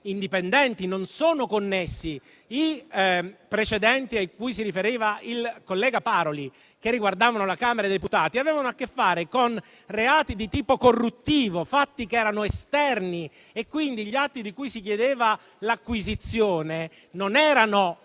indipendenti e non sono connessi. I precedenti cui si riferiva il collega Paroli, che riguardavano la Camera dei deputati, avevano a che fare con reati di tipo corruttivo e con fatti che erano esterni, quindi gli atti di cui si chiedeva l'acquisizione non erano